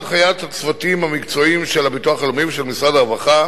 הנחיית הצוותים המקצועיים של הביטוח הלאומי ושל משרד הרווחה